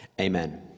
Amen